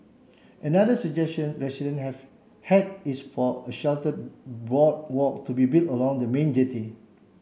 another suggestion residents have had is for a sheltered boardwalk to be built along the main jetty